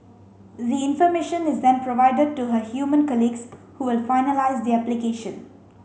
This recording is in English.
the information is then provided to her human colleagues who will finalise the application